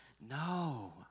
No